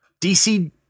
DC